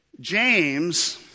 James